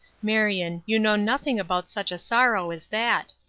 marion, you know nothing about such a sorrow as that!